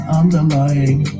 underlying